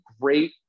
great